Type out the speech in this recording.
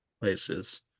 places